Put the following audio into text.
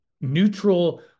neutral